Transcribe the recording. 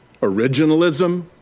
originalism